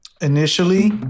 Initially